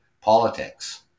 politics